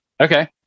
Okay